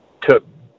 took